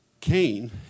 Cain